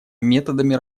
методами